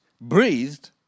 breathed